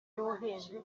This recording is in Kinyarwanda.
y’ubuhinzi